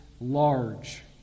large